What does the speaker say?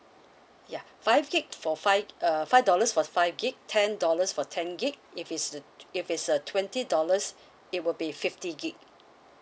ya five gig for five uh five dollars for five gig ten dollars for ten gig if it's uh if it's a twenty dollars it will be fifty gig